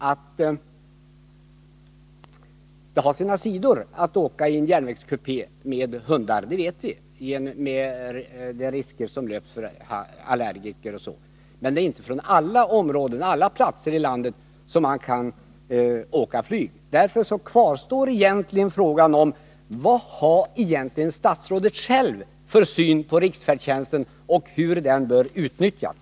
Det har sina sidor att åka i en järnvägskupé med hundar, det vet vi, eftersom det innebär risker för allergiker. Men det är inte från alla platser i landet som man kan åka med flyg. Därför kvarstår frågan: Vad har egentligen statsrådet själv för syn på riksfärdtjänsten och på hur den bör utnyttjas?